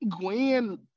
Gwen